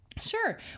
Sure